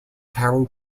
taro